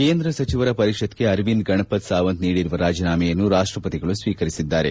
ಕೇಂದ್ರ ಸಚಿವರ ಪರಿಷತ್ಗೆ ಅರವಿಂದ್ ಗಣಪತ್ ಸಾವಂತ್ ನೀಡಿರುವ ರಾಜೀನಾಮೆಯನ್ನು ರಾಷ್ಷಪತಿಗಳು ಸ್ತೀಕರಿಸಿದ್ದಾರೆ